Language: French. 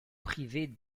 privées